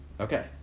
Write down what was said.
Okay